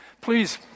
Please